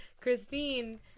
Christine